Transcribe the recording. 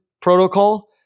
protocol